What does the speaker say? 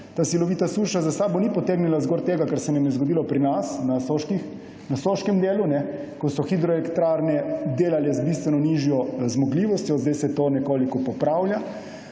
Ta silovita suša za sabo ni potegnila zgolj tega, kar se nam je zgodilo pri nas na soškem delu, ko so hidroelektrarne delale z bistveno nižjo zmogljivostjo, zdaj se to nekoliko popravlja,